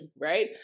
right